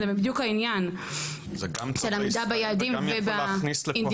זה בדיוק העניין של עמידה ביעדים ובאינדיקטורים.